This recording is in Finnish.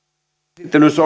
puhemies